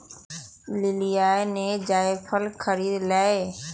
लिलीया ने जायफल खरीद लय